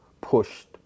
pushed